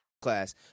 class